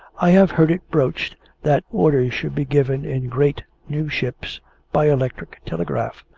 i have heard it broached that orders should be given in great new ships by electric telegraph.